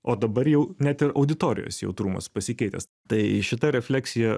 o dabar jau net ir auditorijos jautrumas pasikeitęs tai šita refleksija